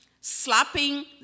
Slapping